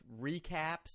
recaps